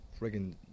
friggin